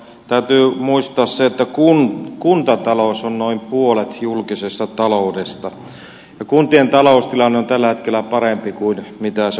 täytyy muistaa se että kuntatalous on noin puolet julkisesta taloudesta ja kuntien taloustilanne on tällä hetkellä parempi kuin se on valtiolla